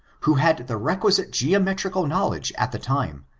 who had the requisite geomet rical knowledge at the time,